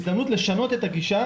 הזדמנות לשנות את הגישה